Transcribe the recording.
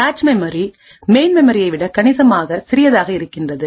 cache மெமரிமெயின் மெமரியைவிட கணிசமாக சிறியதாக இருக்கிறது